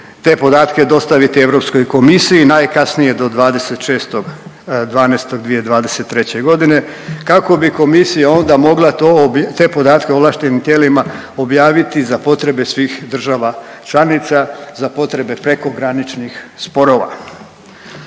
te podatke dostaviti Europskoj komisiji najkasnije do 26.12. 2023. godine kako bi komisija onda mogla to, te podatke ovlaštenim tijelima objaviti za potrebe svih država članica, za potrebe prekograničnih sporova.